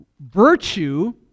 virtue